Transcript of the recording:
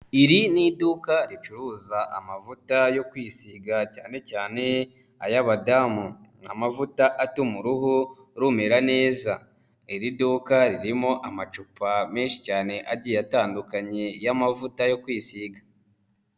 Iri ni iduka ricuruza amavuta yo kwisiga cyane cyane ay'abadamu, ni amavuta atuma uruhu rumi neza, iri duka ririmo amacupa menshi cyane agiye atandukanye y'amavuta yo kwisiga.